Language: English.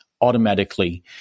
automatically